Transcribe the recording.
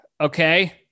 okay